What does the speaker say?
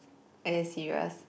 are you serious